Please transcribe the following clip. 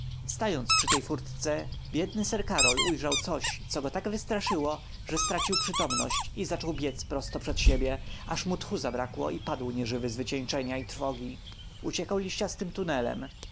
stojąc przy tej furtce biedny sir karol ujrzał coś co go tak wystraszyło że stracił przytomność i zaczął biedz prosto przed siebie aż mu tchu zbrakło i padł nieżywy z wycieńczenia i trwogi uciekał liściastym tunelem